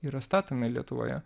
yra statomi lietuvoje